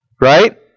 Right